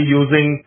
using